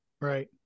Right